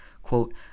Quote